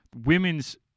Women's